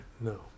no